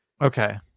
Okay